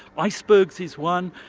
icebergs is one.